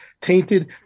tainted